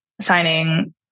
signing